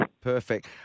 Perfect